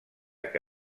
que